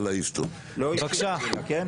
לא אישי נגדך.